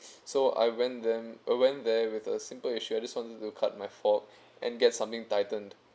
so I went there I went there with a simple issue I just wanted to cut my fork and get something tightened